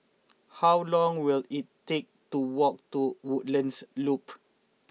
how long will it take to walk to Woodlands Loop